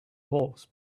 horse